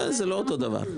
זה לא אותו דבר.